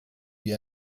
wie